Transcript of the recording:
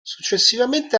successivamente